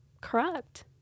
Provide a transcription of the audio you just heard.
corrupt